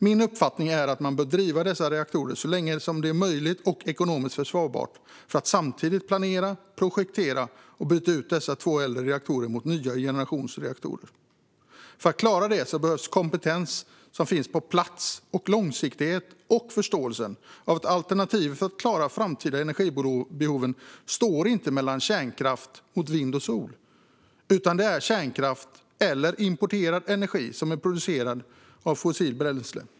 Min uppfattning är att man bör driva dessa reaktorer så länge som det är möjligt och ekonomiskt försvarbart och att samtidigt planera, projektera och byta ut dessa två äldre reaktorer mot nya generationsreaktorer. För att klara detta behövs kompetens som finns på plats, långsiktighet och förståelse av ett alternativ, för möjligheten att klara de framtida energibehoven står inte mellan kärnkraft och vind och sol utan mellan kärnkraft och importerad energi som är producerad av fossilt bränsle.